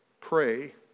pray